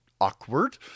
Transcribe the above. Awkward